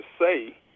say